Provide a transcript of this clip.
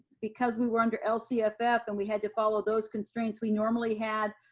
because we were under lcff and we had to follow those constraints we normally had,